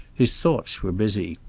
his thoughts were busy.